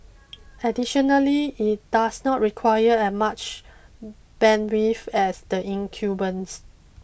additionally it does not require a much bandwidth as the incumbents